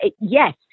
Yes